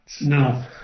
No